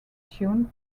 tunes